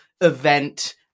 event